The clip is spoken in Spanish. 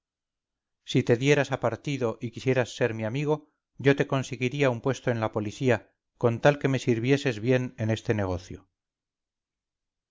si te dieras a partido y quisieras ser mi amigo yo te conseguiríaun puesto en la policía con tal que me sirvieses bien en este negocio